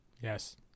Yes